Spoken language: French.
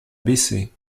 bessée